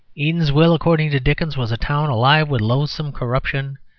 eatanswill, according to dickens, was a town alive with loathsome corruption,